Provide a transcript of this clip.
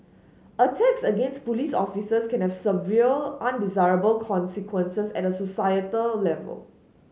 attacks against police officers can have several undesirable consequences at a societal level